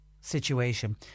situation